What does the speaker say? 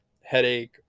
headache